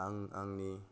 आं आंनि